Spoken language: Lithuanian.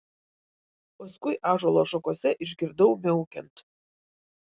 paskui ąžuolo šakose išgirdau miaukiant